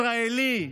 ישראלי,